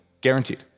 guaranteed